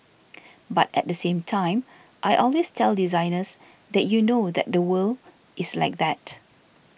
but at the same time I always tell designers that you know that the world is like that